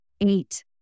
eight